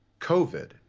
COVID